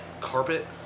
carpet